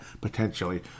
potentially